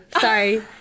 Sorry